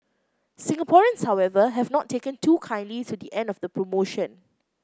Singaporeans however have not taken too kindly to the end of the promotion